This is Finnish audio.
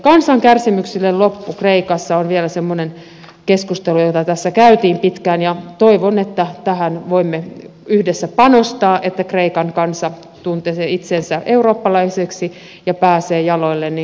kansan kärsimyksille loppu kreikassa on vielä semmoinen keskustelu jota tässä käytiin pitkään ja toivon että tähän voimme yhdessä panostaa että kreikan kansa tuntisi itsensä eurooppalaiseksi ja pääsisi jaloilleen